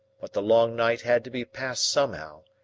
but the long night had to be passed somehow,